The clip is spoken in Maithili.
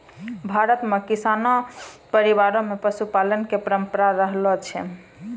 भारत मॅ किसान परिवार मॅ पशुपालन के परंपरा रहलो छै